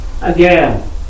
again